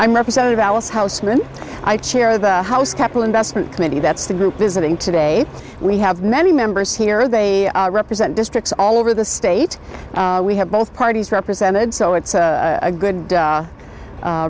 i'm representative alice housman i chair the house capital investment committee that's the group visiting today we have many members here they represent districts all over the state we have both parties represented so it's a good